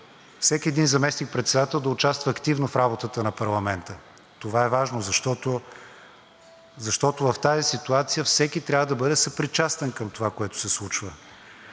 всеки един заместник-председател да участва активно в работата на парламента. Това е важно, защото в тази ситуация всеки трябва да бъде съпричастен към това, което се случва.